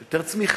יש יותר צמיחה,